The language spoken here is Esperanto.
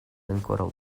ankoraŭ